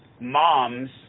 moms